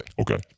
okay